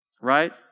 right